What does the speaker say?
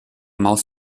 maus